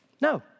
No